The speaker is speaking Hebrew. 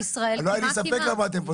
לא היה לי ספק למה אתם פה.